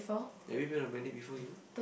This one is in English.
have you been on blind date before you